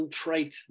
trait